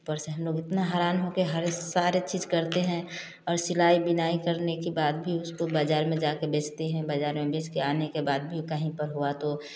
ऊपर से हम लोग इतना हैरान होके हर सारे चीज करते हैं और सिलाई बुनाई करने के बाद भी उसको बाजार में जाकर बेचते हैं बाजार में बेच के आने के बाद भी कहीं पर हुआ तो